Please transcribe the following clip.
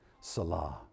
Salah